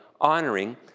honoring